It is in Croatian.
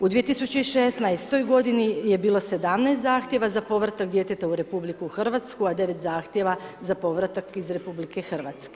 U 2016. godini je bilo 17 zahtjeva za povratak djeteta u RH a 9 zahtjeva za povratak iz RH.